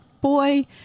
boy